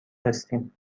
هستیم